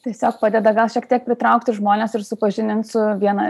tiesiog padeda gal šiek tiek pritraukti žmones ir supažindint su viena